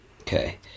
Okay